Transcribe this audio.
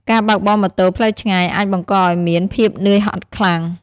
ការបើកបរម៉ូតូផ្លូវឆ្ងាយអាចបង្កឱ្យមាន ភាពនឿយហត់ខ្លាំង។